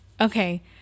okay